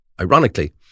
Ironically